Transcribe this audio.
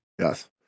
yes